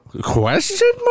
Question